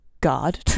God